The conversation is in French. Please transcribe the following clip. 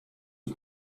est